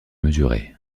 mesurée